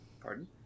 Pardon